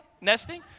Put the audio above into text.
nesting